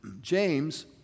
James